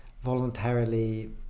voluntarily